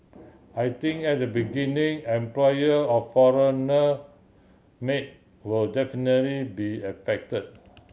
I think at the beginning employer of foreign maid will definitely be affect